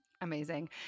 Amazing